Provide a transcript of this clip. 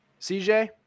CJ